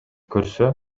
көрсө